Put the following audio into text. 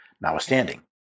notwithstanding